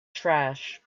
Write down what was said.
trash